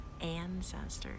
ancestors